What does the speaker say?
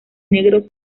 negros